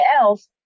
else